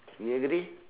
you agree